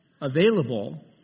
available